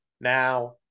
Now